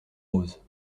roses